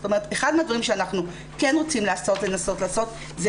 זאת אומרת אחד מהדברים שאנחנו כ ן רוצים לנסות לעשות זה